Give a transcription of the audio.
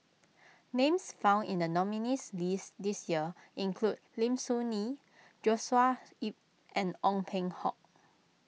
names found in the nominees' list this year include Lim Soo Ngee Joshua Ip and Ong Peng Hock